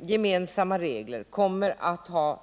Gemensamma nordiska regler kommer att ha